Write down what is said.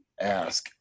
ask